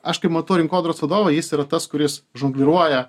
aš kaip matau rinkodaros vadovą jis yra tas kuris žongliruoja